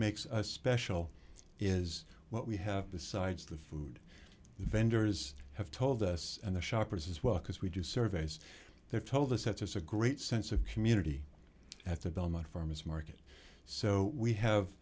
makes us special is what we have the sides the food vendors have told us and the shoppers as well because we do surveys there told us that there's a great sense of community at the belmont farmer's market so we have